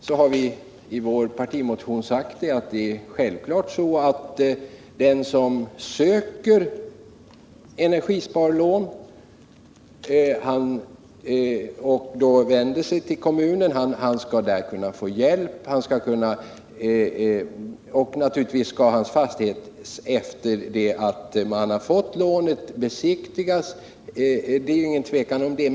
Vi har i vår partimotion sagt att den som söker energisparlån och vänder sig till kommunen självfallet skall kunna få hjälp där, och naturligtvis skall hans fastighet besiktigas efter det att han fått lånet — det är inget tvivel om det.